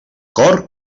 cor